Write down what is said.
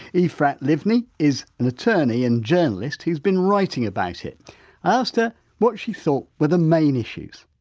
ephrat livni is an attorney and journalist who's been writing about it. i asked her what she thought were the main issues.